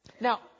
Now